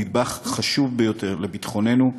נדבך חשוב ביותר של ביטחוננו,